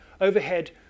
Overhead